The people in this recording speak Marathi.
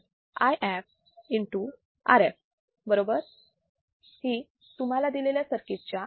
ही तुम्हाला दिलेल्या सर्किट च्या आउटपुट वोल्टेज ची व्हॅल्यू आहे